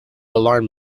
alarm